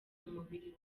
umubiri